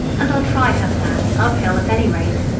and i'll try her plan, uphill, at any rate